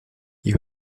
you